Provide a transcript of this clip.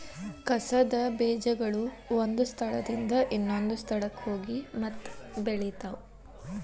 ಕಸದ ಬೇಜಗಳು ಒಂದ ಸ್ಥಳದಿಂದ ಇನ್ನೊಂದ ಸ್ಥಳಕ್ಕ ಹೋಗಿ ಮತ್ತ ಬೆಳಿತಾವ